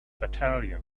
battalion